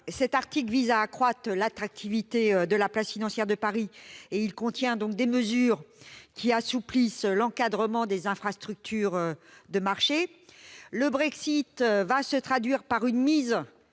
cet article vise à accroître l'attractivité de la place financière de Paris : il contient des mesures qui assouplissent l'encadrement des infrastructures de marché. Le Brexit se traduira par une mise